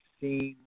seen